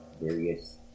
various